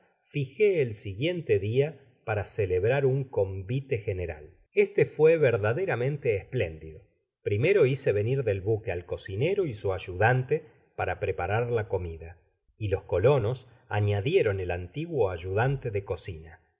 el siguiente dia para celebrar un convite general este fué verdaderamente espléndido primero hice venir del buque al cocinero y su ayudante para preparar la comida y los colonos añadieron el antiguo ayudante de cocina se